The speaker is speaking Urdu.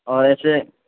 اور ایسے